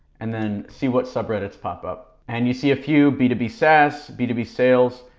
and then see what sub-reddits pop up. and you see a few b two b saas, b two b sales,